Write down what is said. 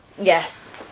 Yes